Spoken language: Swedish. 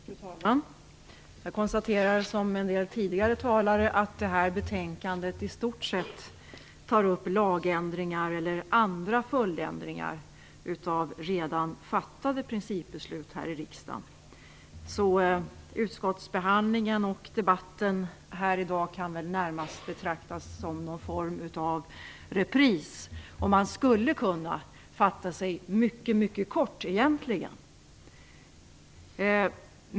Fru talman! Jag konstaterar, liksom en del talare gjort tidigare, att det här betänkandet i stort sett innehåller lagändringar eller andra följdändringar av principbeslut som redan fattats här i riksdagen. Utskottsbehandlingen och debatten här i dag kan väl närmast betraktas som någon form av repris. Man skulle egentligen kunna fatta sig mycket kort.